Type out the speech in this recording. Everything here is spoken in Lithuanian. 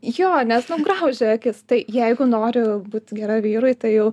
jo nes nu graužia akis tai jeigu nori būt gera vyrui tai jau